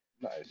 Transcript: Nice